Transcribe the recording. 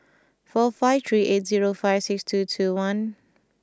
four five three eight zero five six two two one